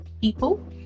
people